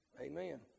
Amen